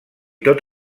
tot